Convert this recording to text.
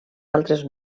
altres